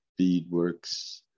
beadworks